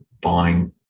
buying